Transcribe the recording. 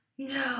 No